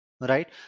right